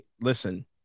listen